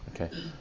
okay